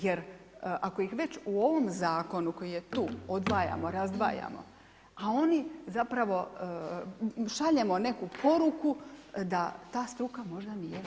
Jer ako ih već u ovom zakonu, koji je tu, odvajamo razdvajamo, pa oni, zapravo, šaljemo neku poruku, da ta struka možda nije